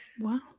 Wow